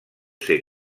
ser